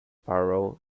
parole